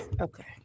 Okay